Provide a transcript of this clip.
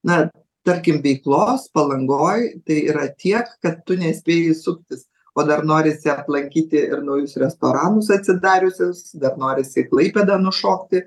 na tarkim veiklos palangoj tai yra tiek kad tu nespėji suktis o dar norisi aplankyti ir naujus restoranus atsidariusius dar norisi į klaipėdą nušokti